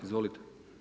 Izvolite.